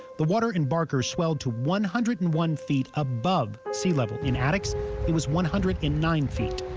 the water in barker swell to one hundred and one feet above sea level in attics it was one hundred in nine feet.